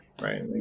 right